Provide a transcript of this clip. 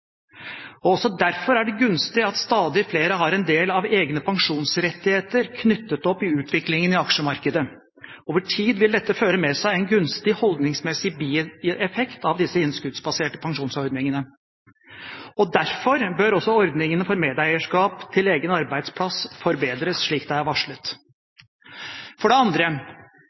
Også derfor er det gunstig at stadig flere har en del av egne pensjonsrettigheter knyttet opp i utviklingen i aksjemarkedet. Over tid vil dette føre med seg en gunstig holdningsmessig bieffekt av disse innskuddsbaserte pensjonsordningene. Derfor bør også ordningene for medeierskap til egen arbeidsplass forbedres, slik det er varslet. For det andre: